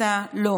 לא.